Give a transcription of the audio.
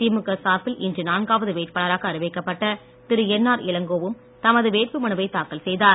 திமுக சார்பில் இன்று நான்காவது வேட்பாளராக அறிவிக்கப்பட்ட திரு என்ஆர் இளங்கோவும் தமது வேட்பு மனுவை தாக்கல் செய்தார்